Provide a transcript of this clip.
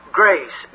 grace